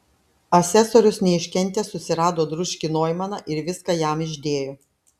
asesorius neiškentęs susirado dručkį noimaną ir viską jam išdėjo